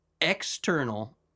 external